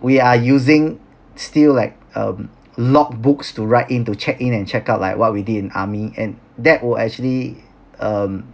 we are using still like um log books to write in to check in and check out like what we did in army and that would actually um